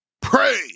Pray